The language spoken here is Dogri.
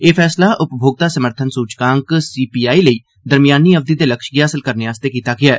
एह् फैसला उपभोक्ता समर्थन सूचकांक सीपीआई लेई दरम्यानी अवधि दे लक्ष्य गी हासल करने आस्तै कीता गेआ ऐ